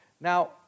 Now